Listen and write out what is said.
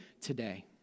today